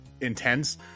intense